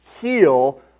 heal